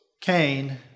Cain